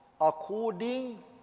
according